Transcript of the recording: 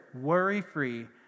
worry-free